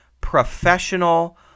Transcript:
professional